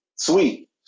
Sweet